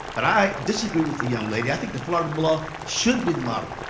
but i disagree with the young lady. i think the florida law should be the model,